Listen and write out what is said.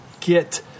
get